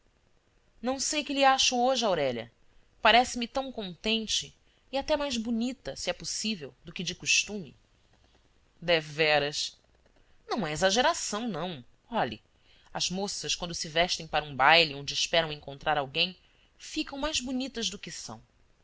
não sei que lhe acho hoje aurélia parece-me tão contente e até mais bonita se é possível do que de costume deveras não é exageração não olhe as moças quando se vestem para um baile onde esperam encontrar alguém ficam mais bonitas do que são